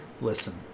Listen